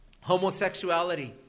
Homosexuality